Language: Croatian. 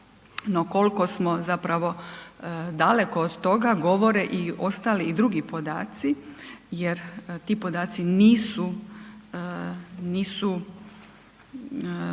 kolko smo zapravo daleko od toga govore i ostali i drugi podaci jer ti podaci nisu,